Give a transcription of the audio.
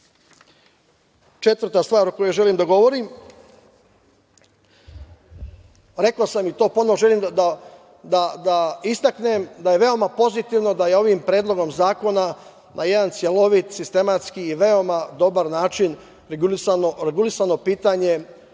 fonda. Četvrta stvar o kojoj želim da govorim rekao sam i to ponovo želim da istaknem, da je veoma pozitivno da ovim Predlogom zakona na jedan celovit i sistematski i veoma dobar način, regulisano pitanje